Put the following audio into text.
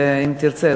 ואם תרצה,